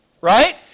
Right